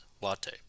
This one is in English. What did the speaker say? latte